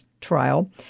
trial